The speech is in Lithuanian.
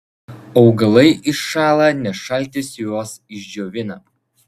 augalai iššąla nes šaltis juos išdžiovina